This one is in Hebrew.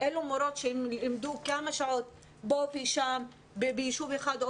אלו מורות שלימדו כמה שעות פה ושם ביישוב אחד או